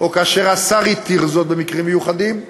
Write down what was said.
או כאשר השר התיר זאת במקרים מיוחדים,